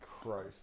Christ